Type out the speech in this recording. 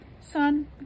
son